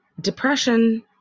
Depression